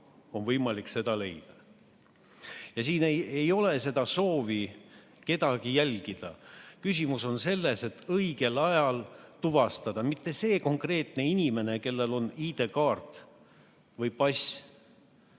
Siin ei ole seda soovi kedagi jälgida. Küsimus on selles, et õigel ajal tuvastada mitte see konkreetne inimene, kellel on ID‑kaart või pass,